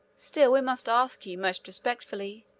still we must ask you, most respectfully,